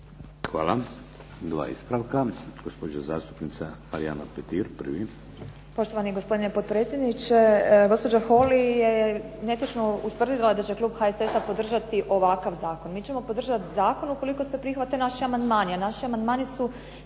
Hvala. Dva ispravka, gospođa zastupnica Marijana Petir prvi.